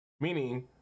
Meaning